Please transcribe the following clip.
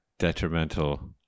Detrimental